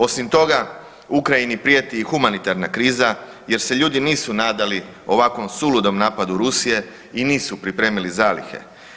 Osim toga, Ukrajini prijeti i humanitarna kriza jer se ljudi nisu nadali ovakvom suludom napadu Rusije i nisu pripremili zalihe.